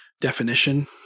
definition